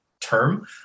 term